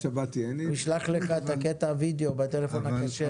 נשלח לך את קטע הווידאו בטלפון הכשר.